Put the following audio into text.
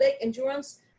endurance